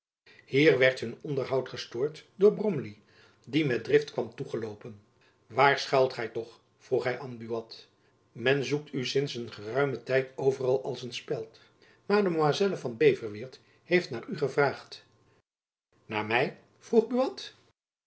hier werd hun onderhoud gestoord door bromley die met drift kwam toegeloopen waar schuilt gy toch vroeg hy aan buat men zoekt u sints een geruimen tijd overal als een speld mademoiselle van beverweert heeft naar u gevraagd naar my vroeg buat